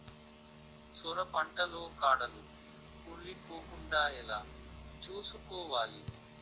సొర పంట లో కాడలు కుళ్ళి పోకుండా ఎలా చూసుకోవాలి?